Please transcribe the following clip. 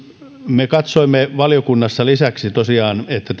me katsoimme tosiaan valiokunnassa lisäksi että